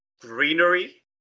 greenery